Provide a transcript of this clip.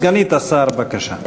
סגנית השר, בבקשה.